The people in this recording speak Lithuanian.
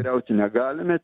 griauti negalime